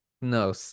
No